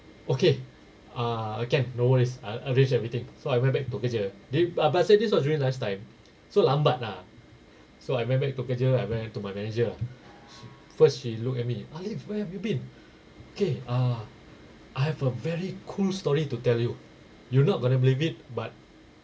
okay uh can no worries I I'll arrange everything so I went back to kerja they are but said this was during lunch time so lambat ah so I went back to kerja I went to my manager lah first she look at me alif where have you been K ah I have a very cool story to tell you you're not gonna believe it but